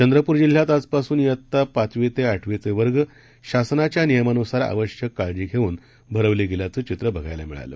चंद्रपूरजिल्ह्यातआजपासून येत्तापाचवीतेआठवीचेवर्गशासनाच्यानियमानुसारआ वश्यककाळजीघेऊनभरवलेगेल्याचंचित्रबघायलामिळालं